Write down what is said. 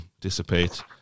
dissipate